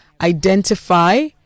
identify